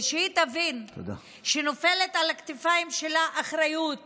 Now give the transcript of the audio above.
ושהיא תבין שנופלת על הכתפיים שלה אחריות